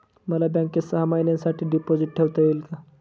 मला बँकेत सहा महिन्यांसाठी डिपॉझिट ठेवता येईल का?